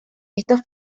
estos